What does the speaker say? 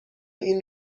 این